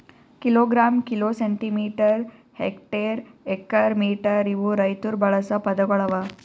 kilogram, kilo, centimetre, hectare, acre, metre ಇವು ರೈತುರ್ ಬಳಸ ಪದಗೊಳ್ ಅವಾ